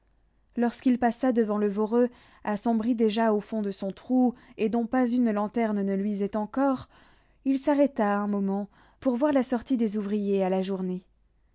lorsqu'il passa devant le voreux assombri déjà au fond de son trou et dont pas une lanterne ne luisait encore il s'arrêta un moment pour voir la sortie des ouvriers à la journée